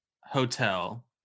hotel